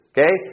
Okay